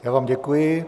Já vám děkuji.